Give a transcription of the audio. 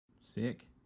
Sick